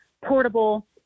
portable